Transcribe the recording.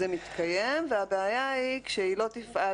זה מתקיים והבעיה היא כשהיא לא תפעל,